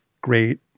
great